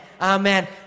Amen